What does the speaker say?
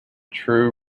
true